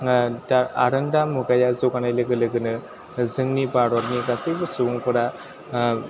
दा आरोंदा मुगाया जौगानाय लोगो लोगोनो जोंनि भारतनि गासैबो सुबुंफोरा